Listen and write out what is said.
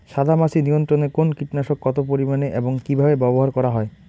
সাদামাছি নিয়ন্ত্রণে কোন কীটনাশক কত পরিমাণে এবং কীভাবে ব্যবহার করা হয়?